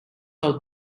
out